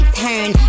turn